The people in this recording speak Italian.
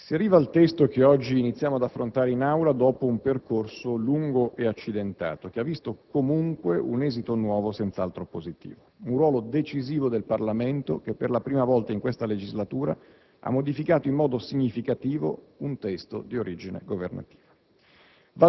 si arriva al testo che oggi iniziamo ad affrontare in Aula dopo un percorso lungo e accidentato, che ha visto comunque un esito nuovo senz'altro positivo; un ruolo decisivo del Parlamento che, per la prima volta in questa legislatura, ha modificato in modo significativo un testo di origine governativa.